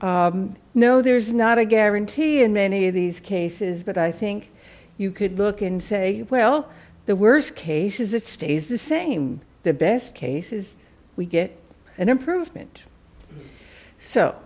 know there's not a guarantee in many of these cases but i think you could look and say well the worst case is it stays the same the best case is we get an improvement so